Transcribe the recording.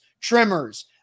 trimmers